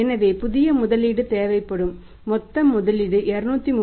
எனவே புதிய முதலீடு தேவைப்படும் மொத்த முதலீடு 231